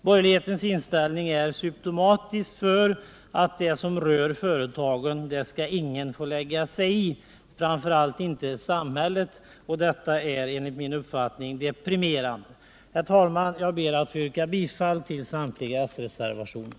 Borgerlighetens inställning är typisk: det som rör företagen skall ingen få lägga sig i, framför allt inte samhället. Detta är, enligt min uppfattning, deprimerande. Herr talman! Jag ber att få yrka bifall till samtliga s-reservationer.